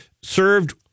Served